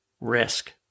risk